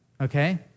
Okay